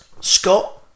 Scott